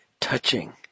touching